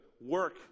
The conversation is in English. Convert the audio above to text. work